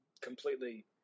completely